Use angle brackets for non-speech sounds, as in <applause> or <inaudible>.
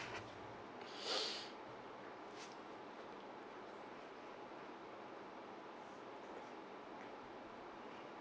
<breath>